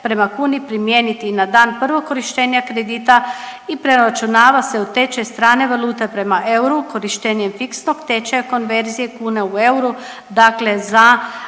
prema kuni primijeniti i na dan prvog korištenja kredita i preračunava se u tečaj strane valute prema euru, korištenje fiksnog tečaja konverzije kune u euru, dakle za